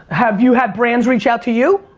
have you had brands reach out to you?